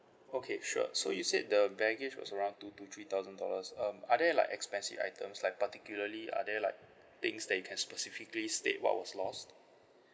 okay sure so you said the baggage was around two to three thousand dollars um are there like expensive items like particularly are there like things that you can specifically state what was lost